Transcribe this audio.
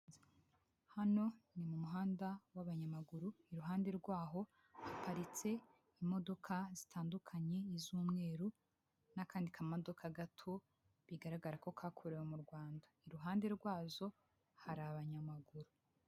Hano ni mu muhanda w'abanyamaguru iruhande rw'aho haparitse imodoka zitandukanye ni iz'umweru n'akandi kamodoka gato bigaragara ko kakorewe mu Rwanda, iruhande rwazo hari abanyamaguru.